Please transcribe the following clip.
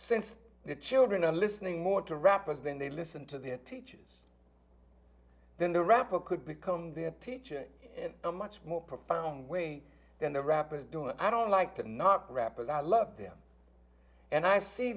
since the children are listening more to rappers than they listen to their teachers then the rapper could become their teacher in a much more profound way than the rappers do it i don't like to not rap and i love them and i see